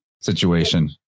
situation